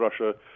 Russia